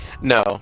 No